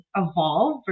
evolve